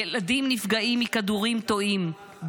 ילדים נפגעים מכדורים תועים,